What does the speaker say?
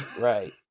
Right